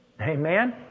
Amen